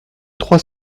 trois